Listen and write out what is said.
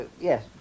Yes